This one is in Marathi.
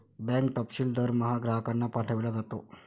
बँक तपशील दरमहा ग्राहकांना पाठविला जातो